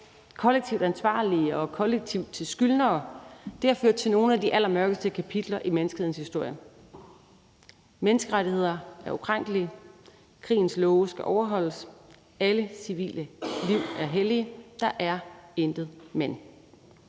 kollektivt ansvarlige og kollektivt til skyldnere, har ført til nogle af de allermørkeste kapitler i menneskehedens historie. Menneskerettigheder er ukrænkelige, krigens love skal overholdes, alle civile liv er hellige – der er intet men.